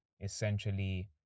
essentially